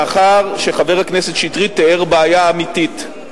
מאחר שחבר הכנסת שטרית תיאר בעיה אמיתית,